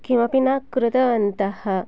किमपि न कृतवन्तः